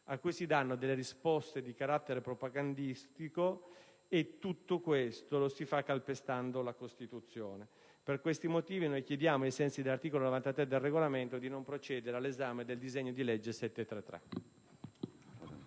cui si danno risposte di carattere propagandistico. E tutto questo lo si fa calpestando la Costituzione. Per questi motivi, ai sensi dell'articolo 93 del Regolamento, chiediamo di non procedere all'esame del disegno di legge n.